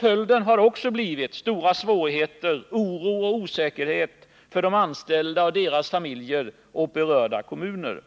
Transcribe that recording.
Följden har också blivit stora svårigheter, oro och osäkerhet för de anställda och deras familjer och för berörda kommuner.